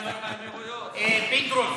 פינדרוס.